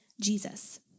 Jesus